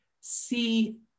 see